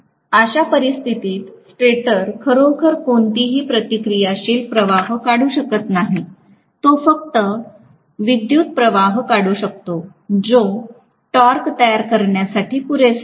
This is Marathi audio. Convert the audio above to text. अशा परिस्थितीत स्टेटर खरोखर कोणतीही प्रतिक्रियाशील प्रवाह काढू शकत नाही तो फक्त विद्युत् प्रवाह काढू शकतो जो टॉर्क तयार करण्यासाठी पुरेसा आहे